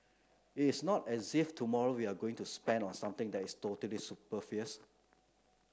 it is not as if tomorrow we are going to spend on something that is totally superfluous